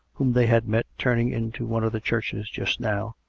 whom they had met turning into one of the churches just now,